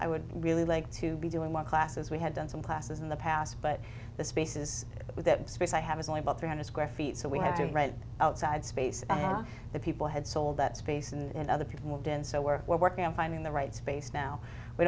i would really like to be doing my classes we had done some classes in the past but the spaces with the space i have is only about three hundred square feet so we have to read outside space and the people had sold that space and other people moved in so we're working on finding the right space now we